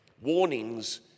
warnings